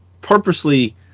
purposely